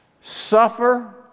suffer